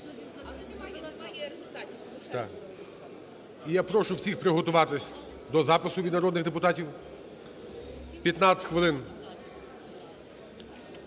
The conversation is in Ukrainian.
я прошу всіх приготуватися до запису від народних депутатів. 15 хвилин